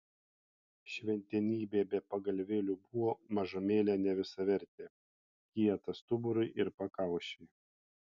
šventenybė be pagalvėlių buvo mažumėlę nevisavertė kieta stuburui ir pakaušiui